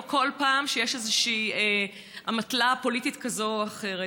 או כל פעם שיש איזושהי אמתלה פוליטית כזאת או אחרת.